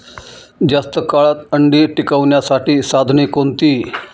जास्त काळ अंडी टिकवण्यासाठी साधने कोणती?